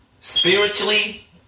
Spiritually